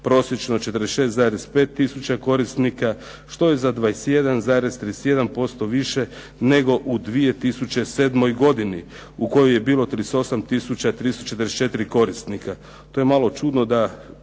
prosječno 46,5 tisuća korisnika što je za 21,31 posto više nego u 2007. godini u kojoj je bilo 38344 korisnika.